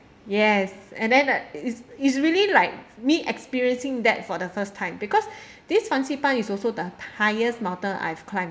yes and then uh it's it's really like me experiencing that for the first time because this fansipan is also the highest mountain I've climbed